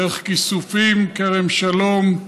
דרך כיסופים, כרם שלום,